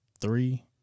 three